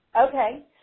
Okay